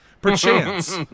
perchance